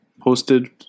posted